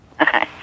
Okay